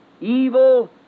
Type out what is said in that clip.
evil